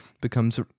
becomes